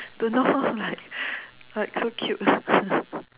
don't know like like so cute